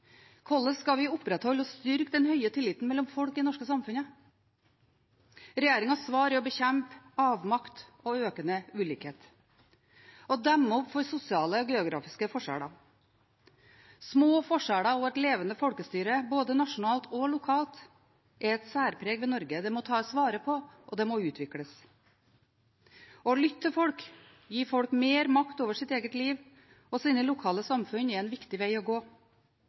Hvordan skal vi opprettholde og styrke den høye tilliten mellom folk i det norske samfunnet? Regjeringens svar er å bekjempe avmakt og økende ulikhet og demme opp for sosiale og geografiske forskjeller. Små forskjeller og et levende folkestyre både nasjonalt og lokalt er et særpreg ved Norge. Det må tas vare på, og det må utvikles. Å lytte til folk, gi folk mer makt over sitt eget liv og sine lokale samfunn, er en viktig veg å gå.